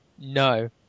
No